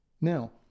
now